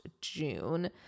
June